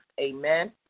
Amen